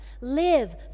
Live